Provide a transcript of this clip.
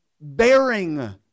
bearing